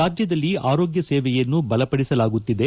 ರಾಜ್ಯದಲ್ಲಿ ಆರೋಗ್ಯ ಸೇವೆಯನ್ನು ಬಲಪಡಿಸಲಾಗುತ್ತಿದೆ